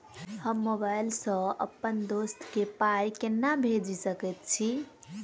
हम मोबाइल सअ अप्पन दोस्त केँ पाई केना भेजि सकैत छी?